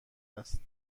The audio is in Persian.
است